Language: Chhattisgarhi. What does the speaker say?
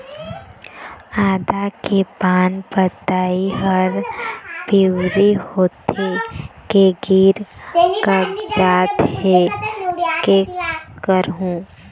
आदा के पान पतई हर पिवरी होथे के गिर कागजात हे, कै करहूं?